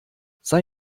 sei